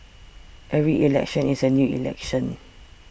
every election is a new election